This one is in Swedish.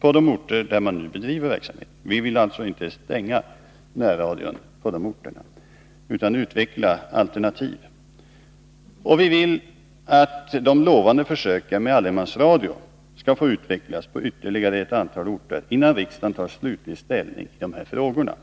på de orter där verksamheten nu bedrivs. Vi vill inte stänga närradion på de orterna utan utveckla alternativ. Framför allt bör de lovande försöken med allemansradio få utvecklas ytterligare, innan riksdagen tar slutlig ställning i dessa frågor.